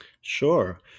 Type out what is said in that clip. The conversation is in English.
Sure